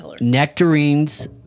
nectarines